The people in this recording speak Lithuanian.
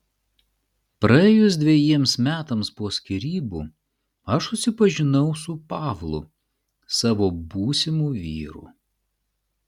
praėjus dvejiems metams po skyrybų aš susipažinau su pavlu savo būsimu vyru